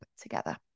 together